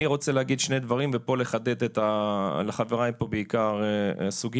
אני רוצה להגיד שני דברים ופה לחדד לחבריי בעיקר סוגיה,